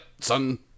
son